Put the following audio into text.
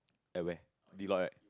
at where Deloitte